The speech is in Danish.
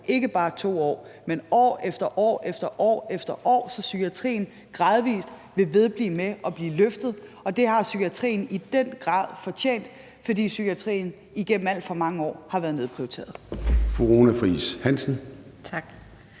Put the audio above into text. ikke bare et år, ikke bare 2 år, men år efter år, så psykiatrien gradvis vil vedblive med at blive løftet, og det har psykiatrien i den grad fortjent, fordi psykiatrien igennem alt for mange år har været nedprioriteret.